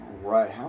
right